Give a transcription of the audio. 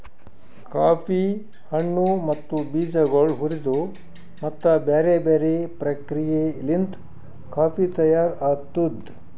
coffee ಹಣ್ಣು ಮತ್ತ ಬೀಜಗೊಳ್ ಹುರಿದು ಮತ್ತ ಬ್ಯಾರೆ ಬ್ಯಾರೆ ಪ್ರಕ್ರಿಯೆಲಿಂತ್ ಕಾಫಿ ತೈಯಾರ್ ಆತ್ತುದ್